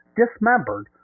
dismembered